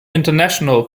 international